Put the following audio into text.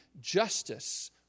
justice